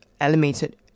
eliminated